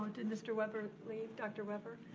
did mr. webber leave, dr. webber?